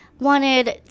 wanted